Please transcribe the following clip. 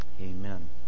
amen